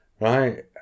Right